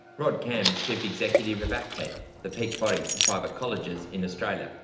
rod camm is chief executive of acpet, the peak body for private colleges in australia.